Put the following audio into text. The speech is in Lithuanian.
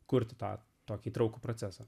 kurti tą tokį traukų procesą